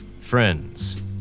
Friends